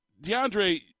DeAndre